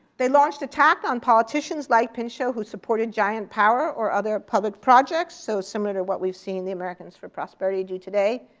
they launched attack on politicians like pinchot who supported giant power or other public projects, so similar to what we've seen the americans for prosperity do today.